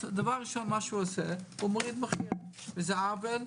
אז דבר ראשון מה שהוא עושה זה להוריד מחיר וזה עוול,